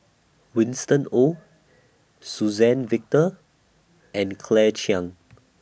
Winston Oh Suzann Victor and Claire Chiang